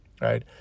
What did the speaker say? right